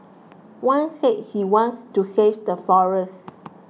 one said he wanted to save the forests